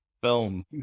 film